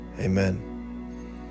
Amen